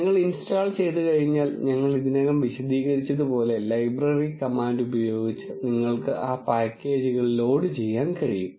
നിങ്ങൾ ഇൻസ്റ്റാൾ ചെയ്തുകഴിഞ്ഞാൽ ഞങ്ങൾ ഇതിനകം വിശദീകരിച്ചതുപോലെ ലൈബ്രറി കമാൻഡ് ഉപയോഗിച്ച് നിങ്ങൾക്ക് ആ പാക്കേജുകൾ ലോഡ് ചെയ്യാൻ കഴിയും